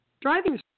driving